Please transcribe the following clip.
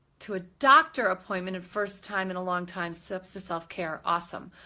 to a doctor appointment, and first time in a long time, steps to self care. awesome.